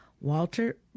Walter